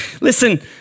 Listen